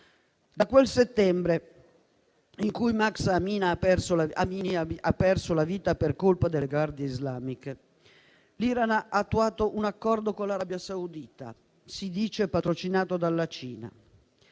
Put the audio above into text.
Da quel settembre in cui Mahsa Amini ha perso la vita per colpa delle guardie islamiche, l'Iran ha attuato un accordo con l'Arabia Saudita, che si dice patrocinato dalla Cina.